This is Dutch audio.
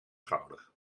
schouder